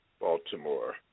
Baltimore